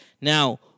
Now